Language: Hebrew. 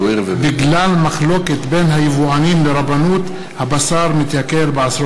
תשובת שר החקלאות ופיתוח הכפר חבר הכנסת אורי אריאל בעקבות